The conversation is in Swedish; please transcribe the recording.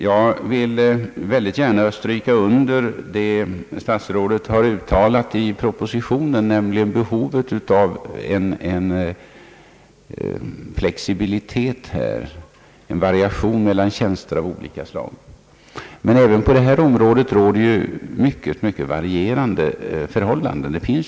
Jag vill gärna stryka under vad statsrådet Palme har givit uttryck för i propositionen, nämligen behovet av flexibilitet och växling mellan tjänster av olika slag. Men även i detta avseende råder mycket varierande förhållanden.